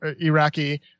Iraqi